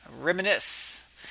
Reminisce